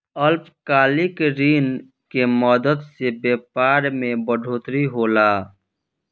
अल्पकालिक ऋण के मदद से व्यापार मे बढ़ोतरी होला